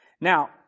Now